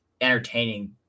entertaining